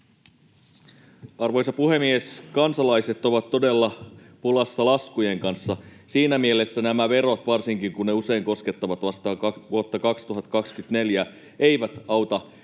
Arvoisa puhemies! Kansalaiset ovat todella pulassa laskujen kanssa. Siinä mielessä nämä verot, varsinkin kun ne usein koskettavat vasta vuotta 2024, eivät auta